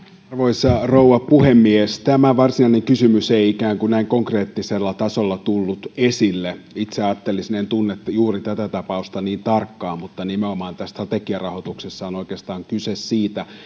arvoisa rouva puhemies tämä varsinainen kysymys ei ikään kuin näin konkreettisella tasolla tullut esille itse ajattelisin en tunne juuri tätä tapausta niin tarkkaan että tässä strategiarahoituksessa on oikeastaan kyse nimenomaan siitä